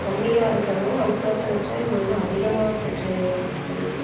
கம்மியாக இருக்கிறதும் ஆனால் தோட்டம் வச்சால் இது வந்து அதிகமாக பிரச்சனைகள் வந்து ஏற்படுது